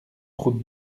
route